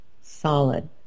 solid